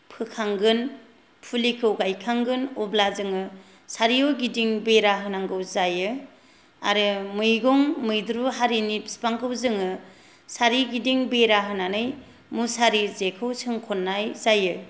फोखांगोन फुलिखौ गायखांगोन अब्ला जोङो सारिय'गिदिं बेरा होनांगौ जायो आरो मैगं मैद्रु हारिनि फिफांखौ जोङो सारिगिदिं बेरा होनानै मुसारि जेखौ सोंखन्नाय जायो